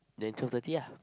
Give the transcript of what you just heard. then twelve thirty